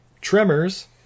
tremors